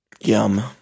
Yum